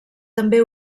també